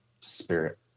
spirit